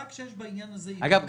אגב,